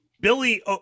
Billy